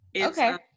Okay